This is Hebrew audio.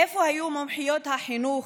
איפה היו מומחיות החינוך,